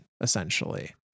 essentially